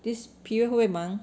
this period 会蛮